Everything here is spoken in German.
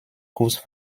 kurs